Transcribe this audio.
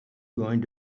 going